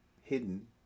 Hidden